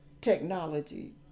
technology